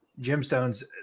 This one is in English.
gemstones